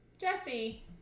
Jesse